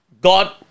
God